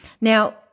Now